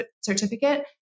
certificate